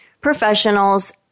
professionals